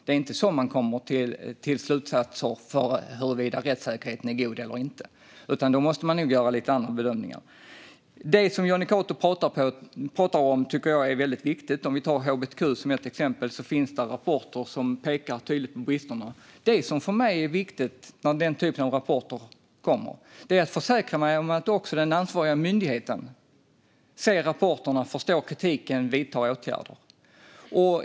Det är inte så man kommer fram till slutsatser om rättssäkerheten är god eller inte. Då måste man nog göra lite andra bedömningar. Det som Jonny Cato talar om är väldigt viktigt. När det gäller till exempel hbtq finns det rapporter som pekar tydligt på bristerna. När den typen av rapporter kommer är det viktigt för mig att försäkra mig om att den ansvariga myndigheten ser rapporterna, förstår kritiken och vidtar åtgärder.